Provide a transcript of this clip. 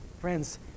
Friends